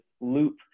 loop